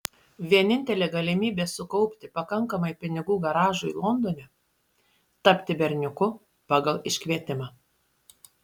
vienintelė galimybė sukaupti pakankamai pinigų garažui londone tapti berniuku pagal iškvietimą